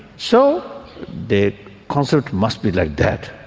so the concept must be like that,